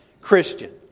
Christian